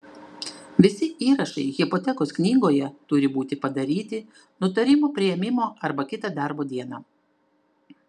visi įrašai hipotekos knygoje turi būti padaryti nutarimo priėmimo arba kitą darbo dieną